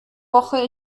woche